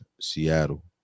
Seattle